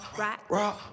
rock